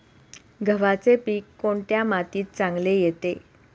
गव्हाचे पीक कोणत्या मातीत चांगले येते?